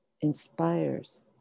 inspires